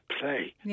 play